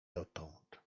dotąd